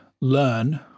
learn